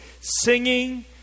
singing